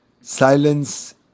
silence